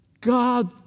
God